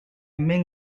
main